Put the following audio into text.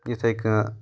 یِتھے کٔنۍ